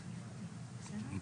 כי זה הרבה מאוד